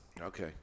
Okay